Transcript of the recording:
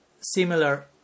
similar